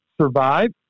survive